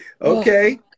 Okay